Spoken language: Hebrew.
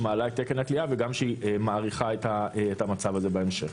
מעלה את תקן הכליאה וגם כשהיא מאריכה את המצב הזה בהמשך.